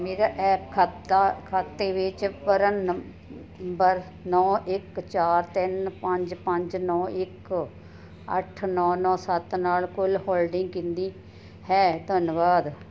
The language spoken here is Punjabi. ਮੇਰੇ ਐਪ ਖਾਤਾ ਖਾਤੇ ਵਿੱਚ ਪਰਨ ਨੰਬਰ ਨੌਂ ਇੱਕ ਚਾਰ ਤਿੰਨ ਪੰਜ ਪੰਜ ਨੌਂ ਇੱਕ ਅੱਠ ਨੌਂ ਨੋ ਸੱਤ ਨਾਲ ਕੁੱਲ ਹੋਲਡਿੰਗ ਕਿੰਨੀ ਹੈ ਧੰਨਵਾਦ